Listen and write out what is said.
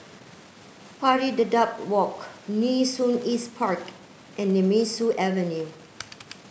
Pari Dedap Walk Nee Soon East Park and Nemesu Avenue